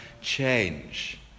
change